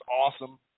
awesome